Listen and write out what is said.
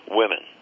women